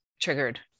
triggered